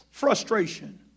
Frustration